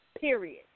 period